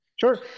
Sure